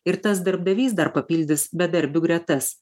ir tas darbdavys dar papildys bedarbių gretas